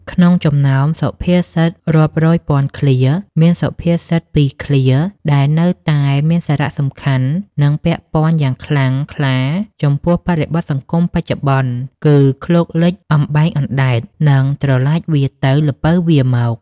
ក្នុងចំណោមសុភាសិតរាប់រយពាន់ឃ្លា មានសុភាសិតពីរឃ្លាដែលនៅតែមានសារៈសំខាន់ និងពាក់ព័ន្ធយ៉ាងខ្លាំងក្លាចំពោះបរិបទសង្គមបច្ចុប្បន្ន គឺ "ឃ្លោកលិច អំបែងអណ្ដែត" និង "ត្រឡាចវារទៅ ល្ពៅវារមក"។